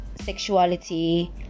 sexuality